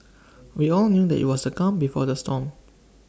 we all knew that IT was the calm before the storm